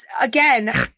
again